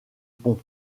pont